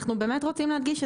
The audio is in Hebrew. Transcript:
אנחנו באמת רוצים להדגיש,